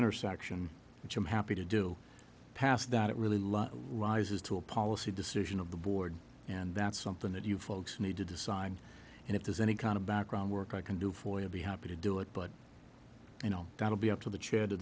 intersection which i'm happy to do pass that really law rises to a policy decision of the board and that's something that you folks need to decide and if there's any kind of background work i can do for you be happy to do it but you know that'll be up to the chair to